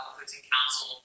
Council